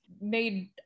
made